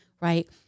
right